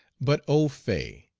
but au fait!